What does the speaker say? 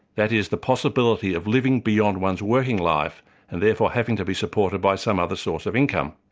that is, the possibility of living beyond one's working life and therefore having to be supported by some other source of income.